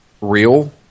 real